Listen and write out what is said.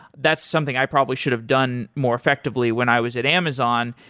that's something i probably should've done more effectively when i was at amazon.